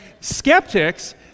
skeptics